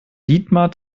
dietmar